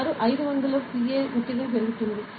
సుమారు 500 Pa ఒత్తిడి పెరుగుతుంది